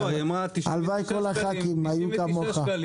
הלוואי כל חברי הכנסת היו כמוך.